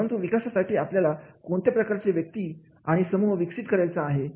परंतु विकासासाठी आपल्याला कोणत्या प्रकारचे व्यक्ती किंवा समूह विकसित करायचा आहे